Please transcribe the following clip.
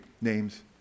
names